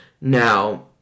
Now